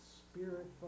spirit